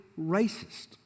racist